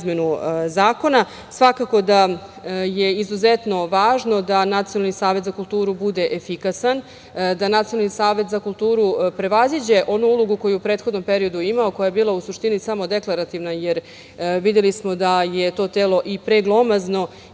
izmenu zakona. Svakako da je izuzetno važno da Nacionalni savet za kulturu bude efikasan, da Nacionalni savet za kulturu prevaziđe onu ulogu koji je u prethodnom periodu imao, koja je bila samo deklarativna jer videli smo da je to telo i preglomazno